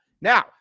Now